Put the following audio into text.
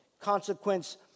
consequence